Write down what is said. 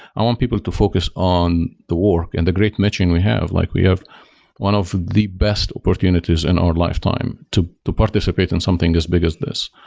i want people to focus on the work and the great matching we have. like we have one of the best opportunities in our lifetime to to participate in something as big as this.